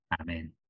Amen